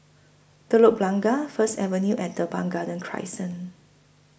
Telok Blangah First Avenue and Teban Garden Crescent